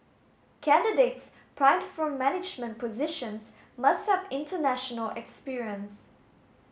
candidates primed for management positions must have international experience